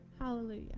Hallelujah